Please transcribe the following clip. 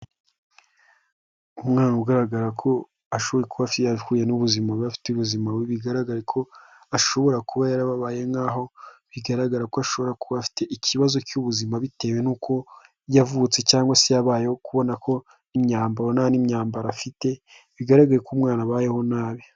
Umwana ugaragara ko ashobora kuba yarahuye n'ubuzima biba, afite ubuzima bubi, bigaragara ko ashobora kuba yarababaye, nk'aho bigaragara ko ashobora kuba afite ikibazo cy'ubuzima bitewe n'uko yavutse cyangwase yabayeho, uri kubona ko imyambaro, nta n'imyambaro afite bigaragara ko uyu mwana abayeho nabi.